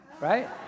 right